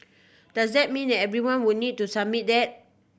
does that mean everyone would need to submit that